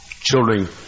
Children